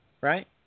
Right